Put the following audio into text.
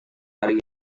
hari